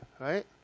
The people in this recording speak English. right